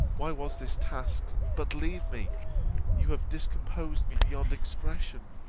why was this task but leave me you have discomposed me beyond expression!